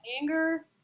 Anger